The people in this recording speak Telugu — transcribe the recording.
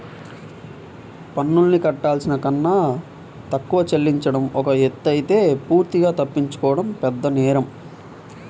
పన్నుల్ని కట్టాల్సిన కన్నా తక్కువ చెల్లించడం ఒక ఎత్తయితే పూర్తిగా తప్పించుకోవడం పెద్దనేరం